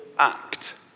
Act